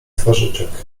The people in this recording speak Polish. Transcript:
twarzyczek